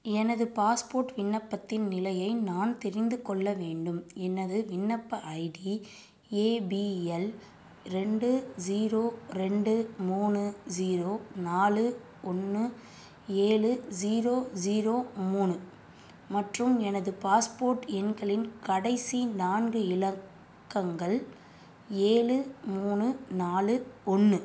எனது பாஸ்போர்ட் விண்ணப்பத்தின் நிலையை நான் தெரிந்து கொள்ள வேண்டும் எனது விண்ணப்ப ஐடி ஏபிஎல் ரெண்டு ஜீரோ ரெண்டு மூணு ஜீரோ நாலு ஒன்று ஏழு ஜீரோ ஜீரோ மூணு மற்றும் எனது பாஸ்போர்ட் எண்களின் கடைசி நான்கு இலக்கங்கள் ஏழு மூணு நாலு ஒன்று